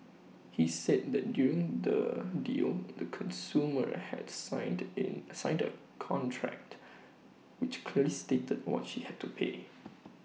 he said that during the deal the consumer had signed an signed A contract which clearly stated what she had to pay